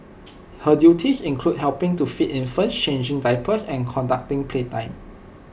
her duties included helping to feed infants changing diapers and conducting playtime